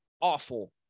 awful